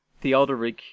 Theodoric